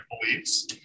beliefs